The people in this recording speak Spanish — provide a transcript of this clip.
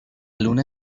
luna